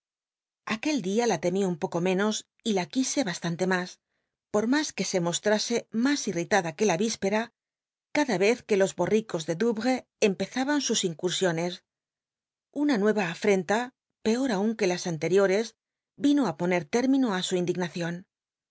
aquel dia la lemi un poco menos y la quise bastante mas por ma que se mostrase mas irritada que la víspera cada vez que los borricos de douvrcs em pezaban sus incuasioncs una nuera afrenta peor aun que las antcrioa cs ino ti ponct tétnúno ti su indign